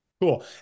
Cool